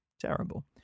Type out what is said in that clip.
terrible